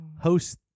host